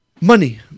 money